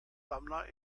sammler